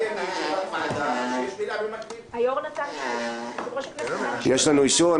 יש לנו אישור.